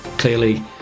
Clearly